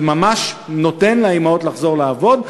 זה ממש נותן לאימהות לחזור לעבוד,